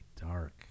dark